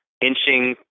inching